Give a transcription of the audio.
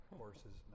horses